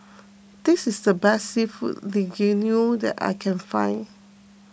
this is the best Seafood Linguine that I can find